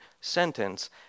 sentence